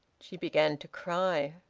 she began to cry.